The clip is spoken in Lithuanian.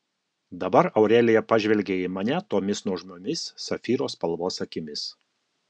dabar aurelija pažvelgė į mane tomis nuožmiomis safyro spalvos akimis